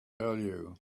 value